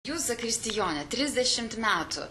jūs zakristijone trisdešimt metų